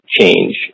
change